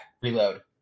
reload